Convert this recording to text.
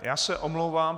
Já se omlouvám.